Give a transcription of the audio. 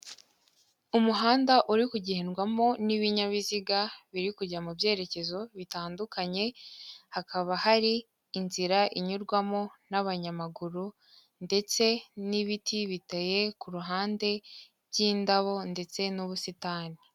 Umuhanda uri kugendwamo n'ibinyabiziga, biri kujya mu byerekezo bitandukanye, hakaba hari inzira inyurwamo n'abanyamaguru, ndetse n'ibiti biteye ku ruhande, by'indabo ndetse n'ubusitani.